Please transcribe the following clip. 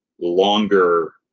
longer